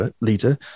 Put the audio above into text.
leader